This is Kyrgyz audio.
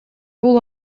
бул